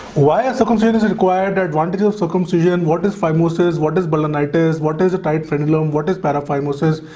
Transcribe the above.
why are circumcisions required advantages of circumcision? what does phimosis what hezbolla nighties? what does a tight frenulum? what is paraphimosis?